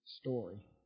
story